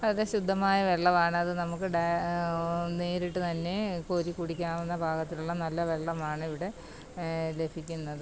വളരെ ശുദ്ധമായ വെള്ളമാണ് അത് നമുക്ക് നേരിട്ട് തന്നെ കോരി കുടിക്കാവുന്ന പാകത്തിലുള്ള നല്ല വെള്ളമാണിവിടെ ലഭിക്കുന്നത്